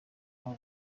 abo